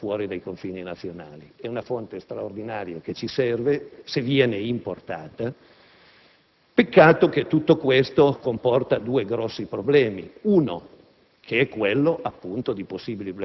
pulita se viene prodotta fuori dai confini nazionali; è una fonte straordinaria e necessaria se viene importata. Peccato che tutto questo comporti due grossi problemi